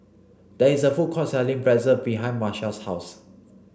there is a food court selling Pretzel behind Marsha's house